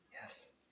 Yes